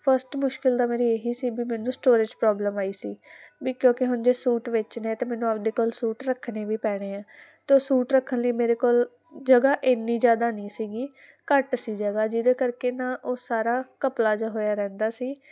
first ਮੁਸ਼ਕਿਲ ਦਾ ਮੇਰੀ ਇਹੀ ਸੀ ਵੀ ਮੈਨੂੰ ਸਟੋਰੇਜ ਪ੍ਰੋਬਲਮ ਆਈ ਸੀ ਵੀ ਕਿਉਂਕਿ ਹੁਣ ਜੇ ਸੂਟ ਵੇਚਨੇ ਤੇ ਮੈਨੂੰ ਆਪਦੇ ਕੋਲ ਸੂਟ ਰੱਖਣੇ ਵੀ ਪੈਣੇ ਆ ਤੇ ਉਹ ਸੂਟ ਰੱਖਣ ਲਈ ਮੇਰੇ ਕੋਲ ਜਗਹਾ ਇਨੀ ਜਿਆਦਾ ਨਹੀਂ ਸੀਗੀ ਘੱਟ ਸੀ ਜਗਹਾ ਜਿਹਦੇ ਕਰਕੇ ਨਾ ਉਹ ਸਾਰਾ ਘਪਲਾ ਜਿਹਾ ਹੋਇਆ ਰਹਿੰਦਾ ਸੀ